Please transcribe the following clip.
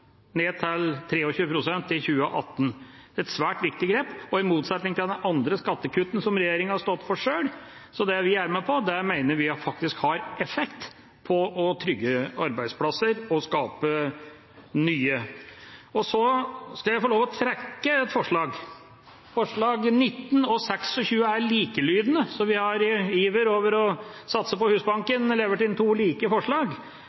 til 23 pst. i 2018. Det er et svært viktig grep. I motsetning til de andre skattekuttene som regjeringa har stått for sjøl, mener vi at det vi er med på, faktisk har effekt når det gjelder å trygge arbeidsplasser og skape nye. Jeg vil også trekke et forslag. Forslagene nr. 19 og 26 er likelydende – vi har i iveren etter å satse på Husbanken levert inn to like forslag.